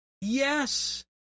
Yes